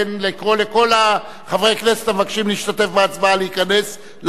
לקרוא לכל חברי הכנסת המבקשים להשתתף בהצבעה להיכנס לאולם.